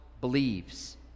believes